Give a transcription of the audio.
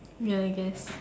ya I guess